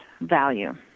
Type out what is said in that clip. value